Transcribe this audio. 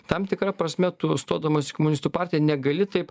tam tikra prasme tu stodamas į komunistų partiją negali taip